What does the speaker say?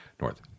north